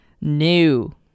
New